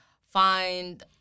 find